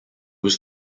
was